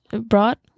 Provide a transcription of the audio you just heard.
brought